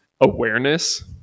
awareness